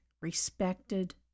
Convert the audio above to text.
respected